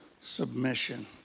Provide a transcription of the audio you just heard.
submission